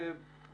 ברוכים הנמצאים.